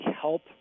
help